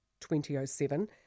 2007